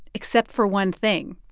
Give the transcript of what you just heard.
except for one thing.